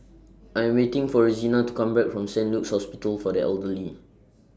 I Am waiting For Rosina to Come Back from Saint Luke's Hospital For The Elderly